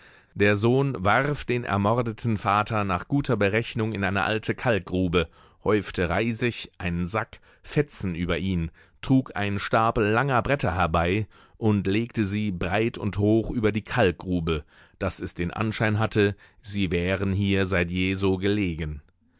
der sohn warf den ermordeten vater nach guter berechnung in eine alte kalkgrube häufte reisig einen sack fetzen über ihn trug einen stapel langer bretter herbei und legte sie breit und hoch über die kalkgrube daß es den anschein hatte sie wären hier seit je so gelegen